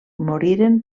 moriren